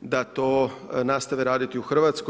da to nastave raditi u Hrvatskoj.